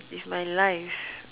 if my life